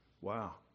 Wow